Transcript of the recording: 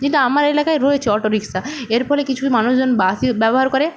কিন্তু আমার এলাকায় রয়েছে অটোরিকশা এর ফলে কিছু মানুষজন বাসই ব্যবহার করে